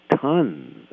tons